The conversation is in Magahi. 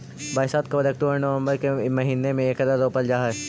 बरसात के बाद अक्टूबर नवंबर के महीने में एकरा रोपल जा हई